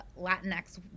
Latinx